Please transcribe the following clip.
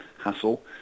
hassle